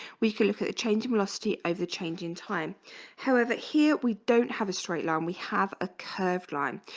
we can look at a change in velocity over change in time however here we don't have a straight line. we have a curved line.